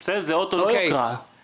זה לא אוטו יוקרה,